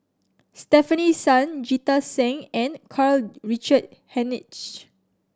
Stefanie Sun Jita Singh and Karl Richard Hanitsch